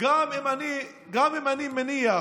גם אם אני מניח,